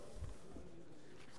בבקשה.